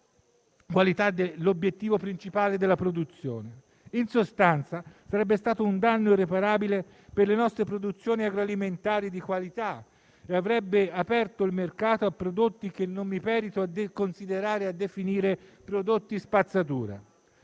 è certo l'obiettivo principale della produzione. In sostanza, sarebbe stato un danno irreparabile per le nostre produzioni agroalimentari di qualità, e avrebbe aperto il mercato a prodotti che non mi perito a considerare e definire prodotti spazzatura.